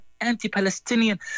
anti-Palestinian